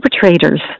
perpetrators